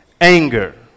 anger